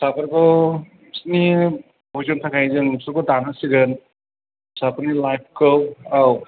फिसाफोरखौ बिसिनि बबिसदनि थाखाय जों बिसोरखौ दानांसिगोन फिसाफोरनि लाइफखौ औ